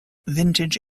vintage